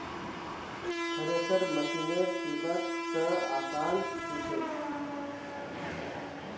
thresher मशिनेर कीमत त आसमान छू छेक